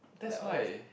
like honest